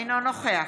אינו נוכח